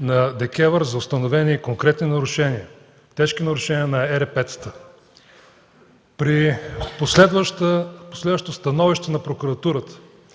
на ДКЕВР за установени конкретни нарушения, тежки нарушения на ЕРП-тата, при последващо становище на прокуратурата,